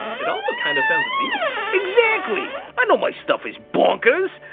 it also kind of sounds deep. exactly! i know my stuff is bonkers,